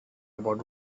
about